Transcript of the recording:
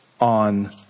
on